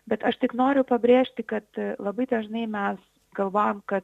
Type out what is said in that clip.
bet aš tik noriu pabrėžti kad labai dažnai mes galvojam kad